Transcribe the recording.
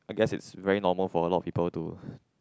I guess it's very normal for a lot of people to